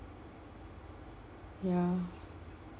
ya